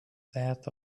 that